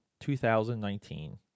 2019